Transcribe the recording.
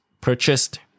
purchased